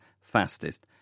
fastest